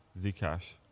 Zcash